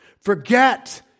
Forget